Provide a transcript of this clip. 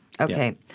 Okay